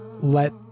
let